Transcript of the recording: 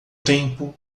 tempo